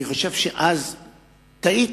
אני חושב שאז טעיתי.